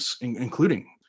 including